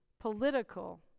political